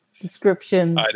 descriptions